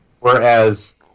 Whereas